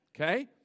okay